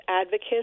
advocates